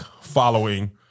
following